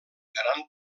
gran